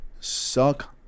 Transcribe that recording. Suck